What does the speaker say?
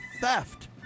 theft